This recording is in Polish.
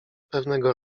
pewnego